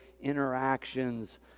Interactions